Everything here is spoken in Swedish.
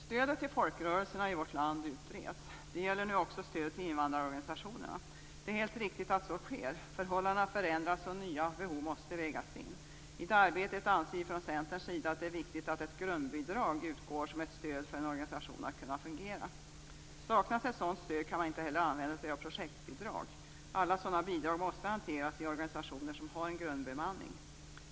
Stödet till folkrörelserna i vårt land utreds. Det gäller nu också stödet till invandrarorganisationerna. Det är helt riktigt att så sker. Förhållandena förändras och nya behov måste vägas in. Vi från Centern anser att det är viktigt att det i det arbetet utgår ett grundbidrag som ett stöd för en organisation att kunna fungera. Saknas ett sådant stöd kan man inte heller använda sig av projektbidrag. Alla sådana bidrag måste hanteras i organisationer som har en grundbemanning.